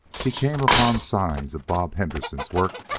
he came upon signs of bob henderson's work,